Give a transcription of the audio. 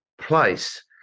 place